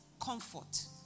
comfort